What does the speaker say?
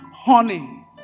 honey